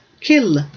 kill